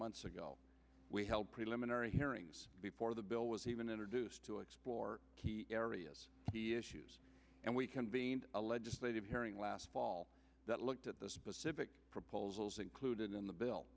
months ago we held preliminary hearings before the bill was even introduced to explore areas he issues and we convened a legislative hearing last fall that looked at the specific proposals included in the bill